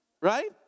Right